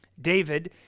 David